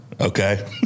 okay